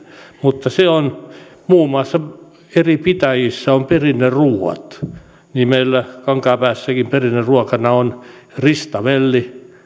mutta muun muassa eri pitäjissä on perinneruuat ja meillä kankaanpäässäkin perinneruokana on ristavelli